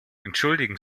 entschuldigen